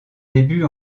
débuts